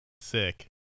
Sick